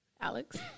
Alex